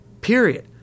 period